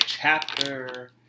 chapter